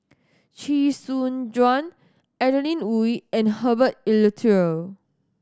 Chee Soon Juan Adeline Ooi and Herbert Eleuterio